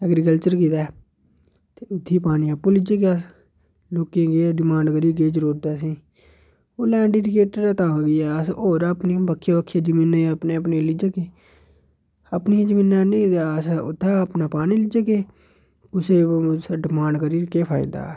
agriculture कैह्दा ऐ ते उत्थै पानी आपूं लेई जाह्गे अस लोकें गी केह् ऐ डिमांड करियै केह् जरूरत ऐ अ'सेंई लैंड इरीगेटेर ऐ तां केह् ऐ अस होर अपनी बक्खी बक्खी जमीनै'ई अपने अपने लेई जाह्गे अपनियै जमीनै'ई आह्न्नी अस उत्थै गै अपना पानी लेई जाग्गे कु'सैई केह् ऐ कु'सै गी असें डिमांड करियै केह् फायदा ऐ